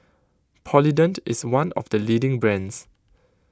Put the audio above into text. Polident is one of the leading brands